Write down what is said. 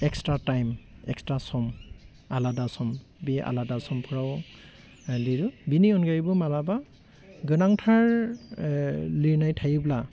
extra time extra सम आलाद सम बि आलादा समफ्राव लिरो बिनि अनगायैबो मालाबा गोनांथार लिरनाय थायोब्ला